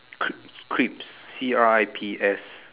cri~ crips C R I P S